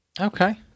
Okay